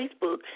Facebook